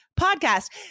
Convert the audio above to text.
Podcast